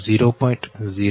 2 cm 0